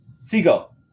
Seagull